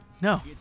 No